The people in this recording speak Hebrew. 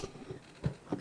כן,